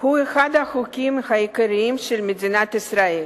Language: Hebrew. הוא אחד החוקים העיקריים של מדינת ישראל,